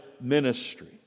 ministry